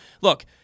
look